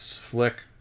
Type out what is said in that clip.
flick